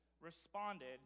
responded